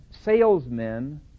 salesmen